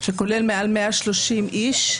שכולל מעל 130 איש.